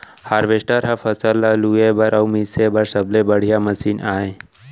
harvester ह फसल ल लूए बर अउ मिसे बर सबले बड़िहा मसीन आय